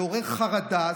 לעורר חרדה.